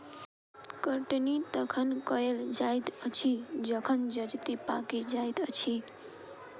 कटनी तखन कयल जाइत अछि जखन जजति पाकि जाइत अछि